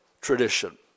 tradition